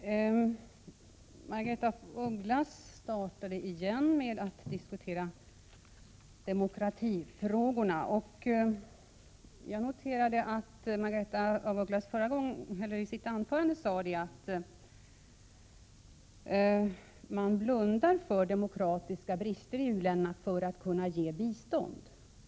Herr talman! Margaretha af Ugglas började återigen med att diskutera demokratifrågorna. Jag noterade att Margaretha af Ugglas i sitt anförande sade att man för att kunna ge bistånd blundar